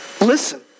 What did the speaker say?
Listen